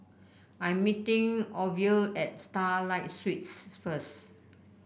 I'm meeting Orvil at Starlight Suites first